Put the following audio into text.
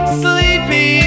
sleepy